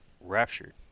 raptured